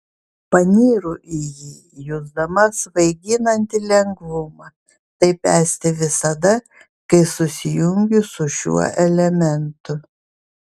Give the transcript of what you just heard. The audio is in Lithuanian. panyru į jį jusdama svaiginantį lengvumą taip esti visada kai susijungiu su šiuo elementu